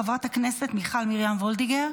חברת הכנסת מיכל מרים וולדיגר,